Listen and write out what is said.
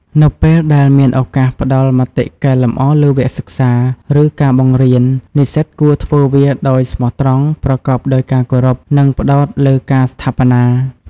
នៅពេលដែលមានឱកាសផ្តល់មតិកែលម្អលើវគ្គសិក្សា ឬការបង្រៀន និស្សិតគួរធ្វើវាដោយស្មោះត្រង់ ប្រកបដោយការគោរព និងផ្តោតលើការស្ថាបនា។